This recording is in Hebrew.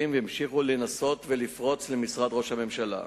והמשיכו לנסות לפרוץ אל משרד ראש הממשלה.